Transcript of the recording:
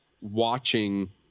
watching